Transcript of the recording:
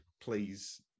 please